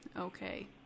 Okay